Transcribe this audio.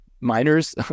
Miners